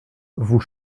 vous